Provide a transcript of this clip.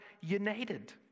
united